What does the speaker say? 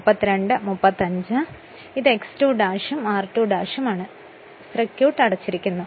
അതിനാൽ ഇത് X 2 ഉം r2 ഉം ആണ് സർക്യൂട്ട് അടച്ചിരിക്കുന്നു